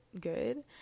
good